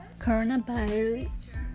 coronavirus